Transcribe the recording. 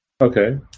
Okay